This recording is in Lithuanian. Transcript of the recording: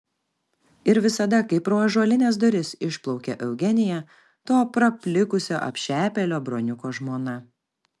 ir visada kai pro ąžuolines duris išplaukia eugenija to praplikusio apšepėlio broniuko žmona